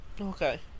Okay